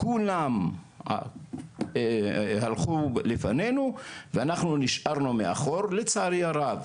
כולם הלכו לפנינו ואנחנו נשארנו מאחור, לצערי הרב.